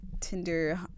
Tinder